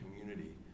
community